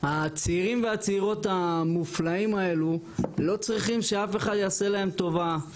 הצעירים והצעירות המופלאים האלו לא צריכים שאף אחד יעשה להם טובה,